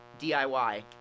DIY